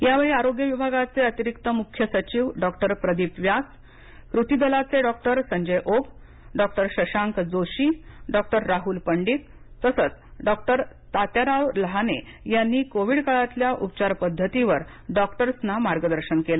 यावेळी आरोग्य विभागाचे अतिरिक्त मुख्य सचिव डॉक्टर प्रदीप व्यास कृती दलाचे doctor Sanjay Oak doctor Shashank Joshi doctor Rahul Pandit तसेच डॉक्टर तात्याराव लहाने यांनी कोविड काळातल्या उपचार पद्धतीवर डॉक्टर्सना मार्गदर्शन केले